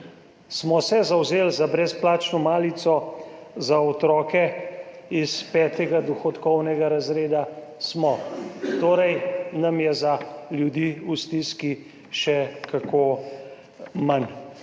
Smo se zavzeli za brezplačno malico za otroke iz petega dohodkovnega razreda? Smo. Torej nam je za ljudi v stiski še kako mar.